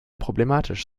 problematisch